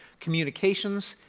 communications,